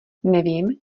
nevím